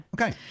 Okay